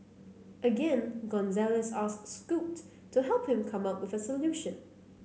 again Gonzalez asked Scoot to help him come up with a solution